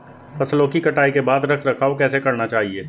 फसलों की कटाई के बाद रख रखाव कैसे करना चाहिये?